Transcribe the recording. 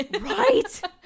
Right